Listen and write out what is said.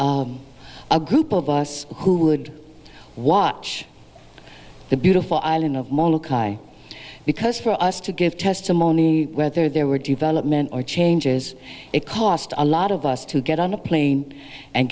group of us who would watch the beautiful island of because for us to give testimony whether there were development or changes it cost a lot of us to get on a plane and